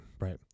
right